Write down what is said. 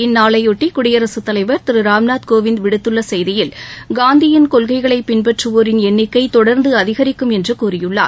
இந்நாளையொட்டி குடியரசு தலைவர் திரு ராம்நாத் கோவிந்த் விடுத்துள்ள செய்தியில் காந்தியின் கொள்கையை பின்பற்றுவோரின் எண்ணிக்கை தொடர்ந்து அதிகரிக்கும் என்று கூறியுள்ளார்